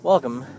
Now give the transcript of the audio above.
Welcome